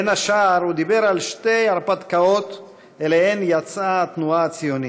בין השאר הוא דיבר על שתי הרפתקאות שאליהן יצאה התנועה הציונית.